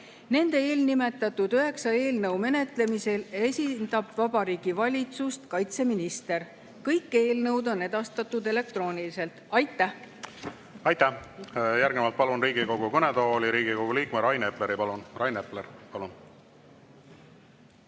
Eelnimetatud üheksa eelnõu menetlemisel esindab Vabariigi Valitsust kaitseminister. Kõik eelnõud on edastatud elektrooniliselt. Aitäh! Aitäh! Järgnevalt palun Riigikogu kõnetooli Riigikogu liikme Rain Epleri. Palun! Aitäh!